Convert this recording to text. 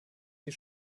die